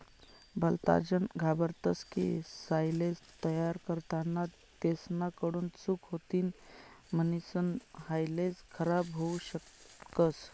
भलताजन घाबरतस की सायलेज तयार करताना तेसना कडून चूक होतीन म्हणीसन सायलेज खराब होवू शकस